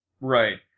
Right